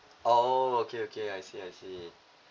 oh okay okay I see I see